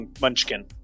Munchkin